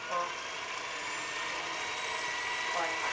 ꯑꯣ ꯑꯣ ꯍꯣꯏ ꯍꯣꯏ